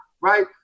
right